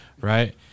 Right